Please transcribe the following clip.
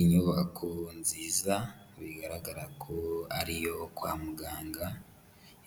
Inyubako nziza bigaragara ko ari iyo kwa muganga,